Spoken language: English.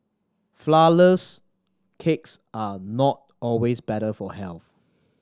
flourless cakes are not always better for health